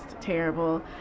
terrible